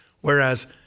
Whereas